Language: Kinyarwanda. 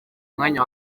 mwanya